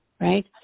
Right